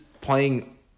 playing